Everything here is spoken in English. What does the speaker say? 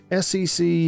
SEC